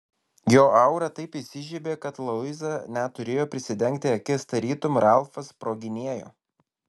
jo aura taip įsižiebė kad luiza net turėjo prisidengti akis tarytum ralfas sproginėjo